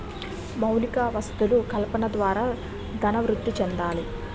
మౌలిక వసతులు కల్పన ద్వారా ధనం వృద్ధి చెందాలి